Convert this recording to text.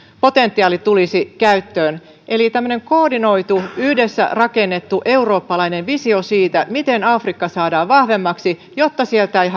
potentiaali tulisi käyttöön eli tämmöinen koordinoitu yhdessä rakennettu eurooppalainen visio siitä miten afrikka saadaan vahvemmaksi jotta sieltä ei